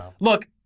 Look